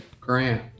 Grant